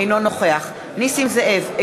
אינו נוכח נסים זאב,